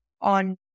on